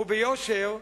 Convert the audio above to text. וביושר,